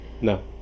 No